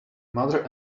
mother